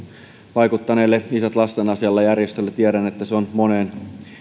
vaikuttaneelle isät lasten asialla järjestölle tiedän että se on vaikuttanut monen